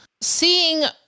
seeing